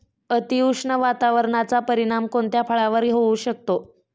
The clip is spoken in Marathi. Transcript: अतिउष्ण वातावरणाचा परिणाम कोणत्या फळावर होऊ शकतो?